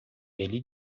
ele